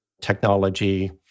technology